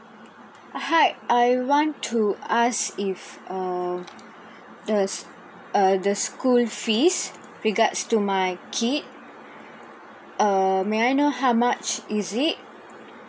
hi I want to ask if uh the uh the school fees regards to my kid uh may I know how much is it